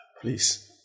Please